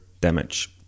damage